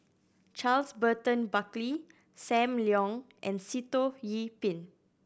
Charles Burton Buckley Sam Leong and Sitoh Yih Pin